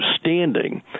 standing